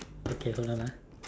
okay hold on ah